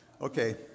Okay